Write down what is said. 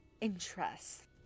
interest